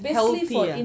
healthier